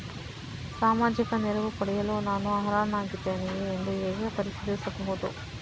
ಸಾಮಾಜಿಕ ನೆರವು ಪಡೆಯಲು ನಾನು ಅರ್ಹನಾಗಿದ್ದೇನೆಯೇ ಎಂದು ಹೇಗೆ ಪರಿಶೀಲಿಸಬಹುದು?